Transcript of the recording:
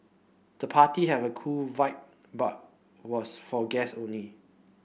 the party have a cool vibe but was for guests only